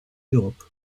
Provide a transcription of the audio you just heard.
europe